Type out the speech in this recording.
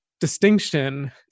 distinction